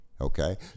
Okay